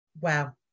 wow